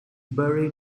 buried